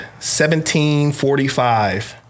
1745